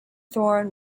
thorne